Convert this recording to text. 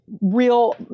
real